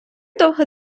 довго